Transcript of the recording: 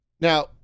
Now